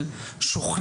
מה הכוונה שוכנע?